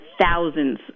thousands